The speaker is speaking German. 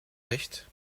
recht